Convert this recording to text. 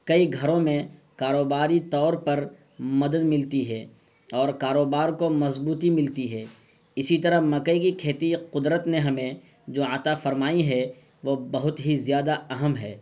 کئی گھروں میں کاروباری طور پر مدد ملتی ہے اور کاروبار کو مضبوطی ملتی ہے اسی طرح مکئی کی کھیتی قدرت نے ہمیں جو عطا فرمائی ہے وہ بہت ہی زیادہ اہم ہے